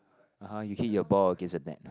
(uh huh) you hit your ball against the neck ah